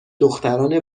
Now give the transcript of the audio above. دختران